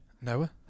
Noah